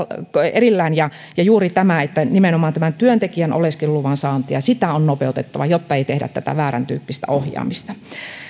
erillään ja ja juuri nimenomaan työntekijän oleskeluluvan saantia on nopeutettava jotta ei tehdä tätä vääräntyyppistä ohjaamista